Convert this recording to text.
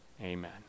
amen